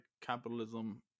capitalism